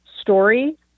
story